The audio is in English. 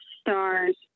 stars